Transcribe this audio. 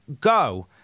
go